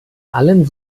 allen